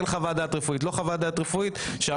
כן חוות דעת רפואית או לא.